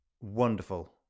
wonderful